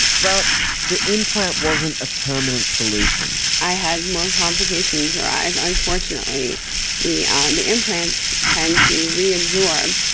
but the implant wasn't a permanent solution. i had more complications arise. unfortunately the and the implants tend to reabsorb,